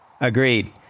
Agreed